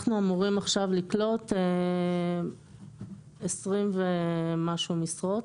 אנחנו אמורים לקלוט 20 ומשהו משרות.